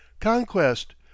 conquest